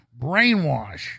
brainwash